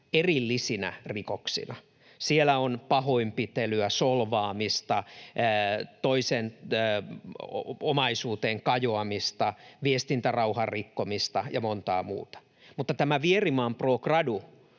erillisinä rikoksina. Siellä on pahoinpitelyä, solvaamista, toisen omaisuuteen kajoamista, viestintärauhan rikkomista ja montaa muuta, mutta tämä Vierimaan pro gradu